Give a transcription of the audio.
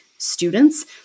students